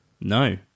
no